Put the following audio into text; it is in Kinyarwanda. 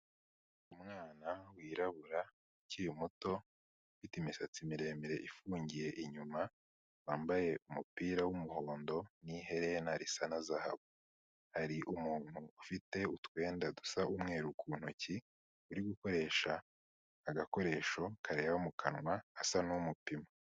Umwana wirabura ukiri muto, ufite imisatsi miremire ifungiye inyuma, wambaye umupira w'umuhondo n'iherena risa na zahabu, hari umuntu ufite utwenda dusa umweru ku ntoki, uri gukoresha agakoresho kareba mu kanwa asa n'umupima.